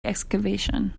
excavation